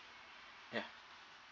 yeah